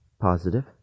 positive